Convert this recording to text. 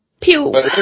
Pew